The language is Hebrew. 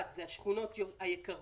אחד זה השכונות היקרות,